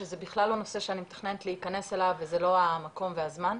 שזה בכלל לא נושא שאני מתכננת להיכנס אליו וזה לא המקום ולא הזמן,